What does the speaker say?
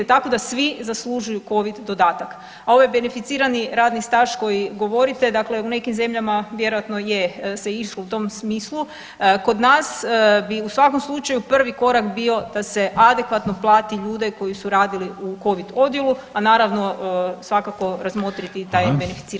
Tako da svi zaslužuju Covid dodatak, a ovaj beneficirani radni staž koji govorite, dakle u nekih zemljama vjerojatno je se išlo u tom smislu, kod nas bi u svakom slučaju prvi korak bio da se adekvatno plati ljude koji su radili u Covid odjelu, a naravno, svakako razmotriti i taj beneficirani radni staž.